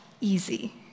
easy